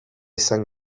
izan